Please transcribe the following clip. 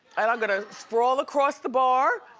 and i'm gonna sprawl across the bar,